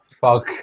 fuck